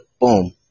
Boom